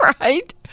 Right